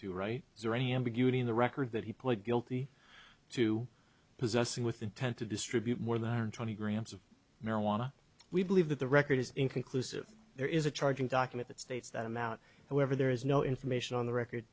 to right is there any ambiguity in the record that he pled guilty to possessing with intent to distribute more than twenty grams of marijuana we believe that the record is inconclusive there is a charging document that states that amount however there is no information on the record